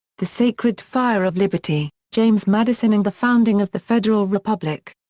the sacred fire of liberty james madison and the founding of the federal republic.